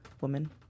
woman